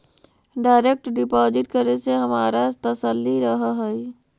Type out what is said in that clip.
direct deposit करे से हमारा तसल्ली रहअ हई